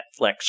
Netflix